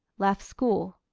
left school.